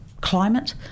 climate